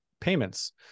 payments